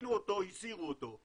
שהתקינו אותו הסירו אותו,